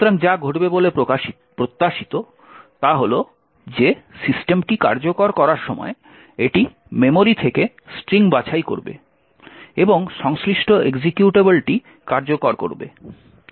সুতরাং যা ঘটবে বলে প্রত্যাশিত তা হল যে সিস্টেমটি কার্যকর করার সময় এটি মেমোরি থেকে স্ট্রিং বাছাই করবে এবং সংশ্লিষ্ট এক্সিকিউটেবলটি কার্যকর করবে